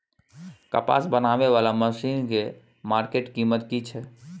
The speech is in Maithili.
कपास बीनने वाला मसीन के मार्केट कीमत की छै?